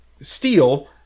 steel